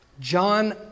John